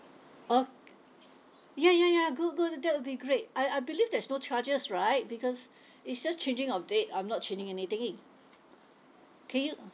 oh ya ya ya good good that will be great I I believe there's no charges right because it's just changing of date I'm not changing anything can you